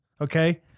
Okay